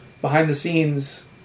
behind-the-scenes